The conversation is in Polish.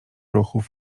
ruchów